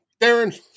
Darren